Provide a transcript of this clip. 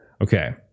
Okay